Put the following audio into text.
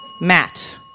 Matt